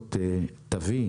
הקנסות תביא